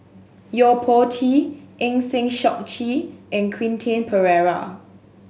Yo Po Tee Eng Lee Seok Chee and Quentin Pereira